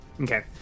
Okay